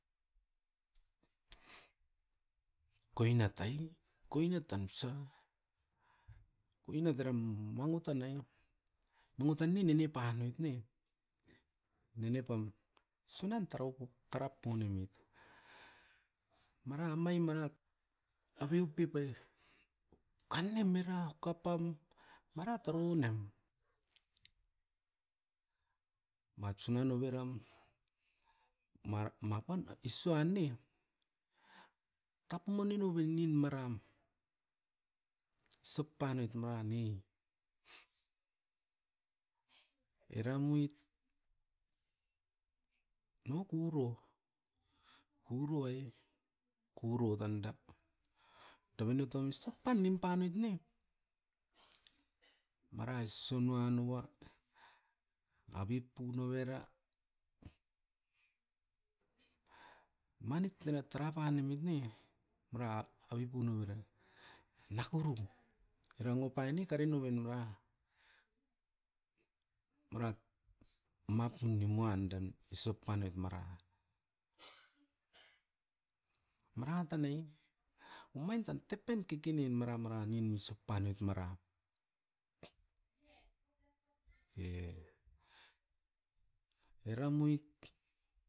Koina tai, koina tan usa. Koinat eram mangutan ai, mangutan ni nini panoit ne, nene pam sunan taraupu tarapu nemit, mara amai mara aveu pep ai ukan nem mera ukapam mara trunem. Matsunan ouveram mapan isuan ne, tap moni noven nin maram isop panoit maran ne. Eram muit no kuro, kuro ai, kuro tanda davinotom isop pan nimpanoit ne, mara isunoa noa avipu novera, manit ena tara panamit ne, mara avipu novera. Nakorun eran opain ne karinoven era marat mapu nimuandan isop panoit mara. Mara tanai, omain tan tepen kikinin mara mara nin isop panoit mara. E eram oit,